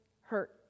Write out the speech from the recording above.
hurt